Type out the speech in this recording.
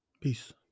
Peace